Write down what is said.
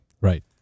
right